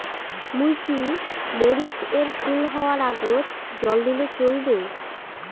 মুই কি মরিচ এর ফুল হাওয়ার আগত জল দিলে চলবে?